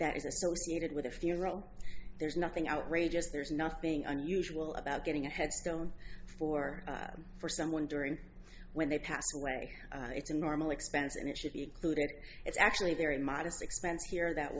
associated with a funeral there's nothing outrageous there's nothing unusual about getting a headstone for for someone during when they passed away it's a normal expense and it should be included it's actually very modest expense here that